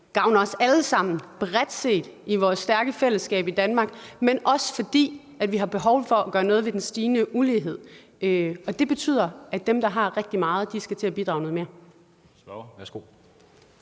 gavner os alle sammen bredt set i vores stærke fællesskab i Danmark, men også fordi vi har behov for at gøre noget ved den stigende ulighed. Det betyder, at dem, der har rigtig meget, skal til at bidrage noget mere.